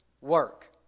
work